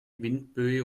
windböe